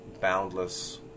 boundless